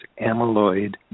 amyloid